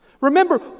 Remember